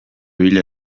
bila